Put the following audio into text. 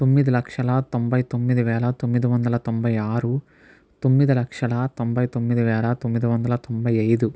తొమ్మిదిలక్షల తొంభైతొమ్మిదివేల తొమ్మిదివందల తొంభైఆరు తొమ్మిదిలక్షల తొంభైతొమ్మిదివేల తొమ్మిదివందల తొంభైఐదు